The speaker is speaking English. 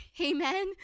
amen